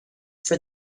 for